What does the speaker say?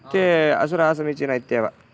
ते असुराः समीचीनाः इत्येव